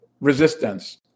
resistance